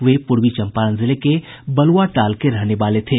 वे पूर्वी चम्पारण जिले के बलुआटाल के रहने वाले थे